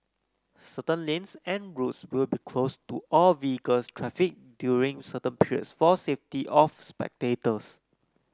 certain lanes and roads will be closed to all vehicles traffic during certain periods for safety of spectators